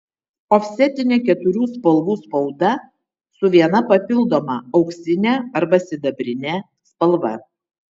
ofsetinė keturių spalvų spauda su viena papildoma auksine arba sidabrine spalva